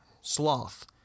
sloth